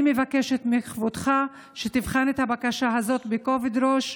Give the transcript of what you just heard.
אני מבקשת מכבודך שתבחן את הבקשה הזאת בכובד ראש.